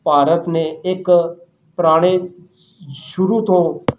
ਭਾਰਤ ਨੇ ਇੱਕ ਪੁਰਾਣੇ ਸ਼ੁਰੂ ਤੋਂ